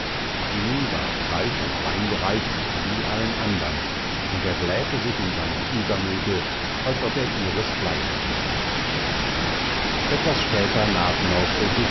ihm ward fleisch und wein gereicht wie allen andern und er blähte sich in seinem übermute als ob er ihresgleichen wäre etwas später nahten auch